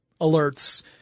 alerts